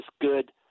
good